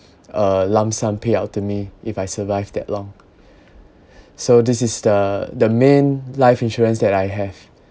a lump sum payout to me if I survive that long so this is the the main life insurance that I have